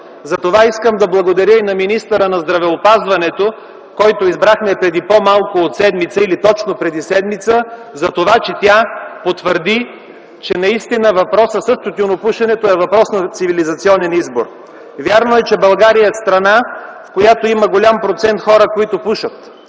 затова искам да благодаря на министъра на здравеопазването, която избрахме преди по-малко от седмица или точно преди седмица за това, че тя потвърди, че наистина въпросът с тютюнопушенето е въпрос на цивилизационен избор. Вярно е, че България е страна, в която има голям процент хора, които пушат.